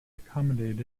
accommodated